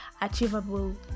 achievable